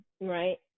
right